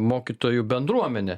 mokytojų bendruomenę